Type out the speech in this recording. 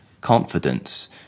confidence